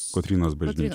kotrynos bažnyčioj